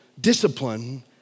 discipline